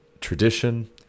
tradition